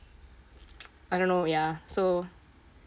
I don't know ya so